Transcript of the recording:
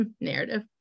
narrative